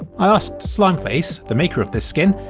i asked slimeface, the maker of the skin,